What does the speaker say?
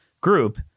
group